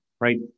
right